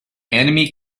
enemy